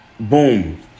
Boom